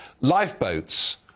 lifeboats